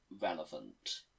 relevant